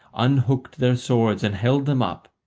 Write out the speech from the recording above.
unhooked their swords and held them up,